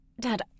Dad